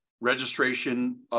Registration